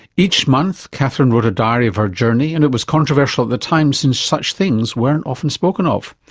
each month katherine wrote a diary of her journey and it was controversial at the time since such things weren't often spoken of.